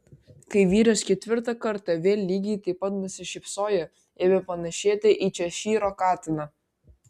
kai vyras ketvirtą kartą vėl lygiai taip pat nusišypsojo ėmė panašėti į češyro katiną